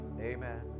amen